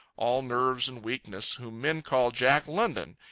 all nerves and weaknesses, whom men call jack london,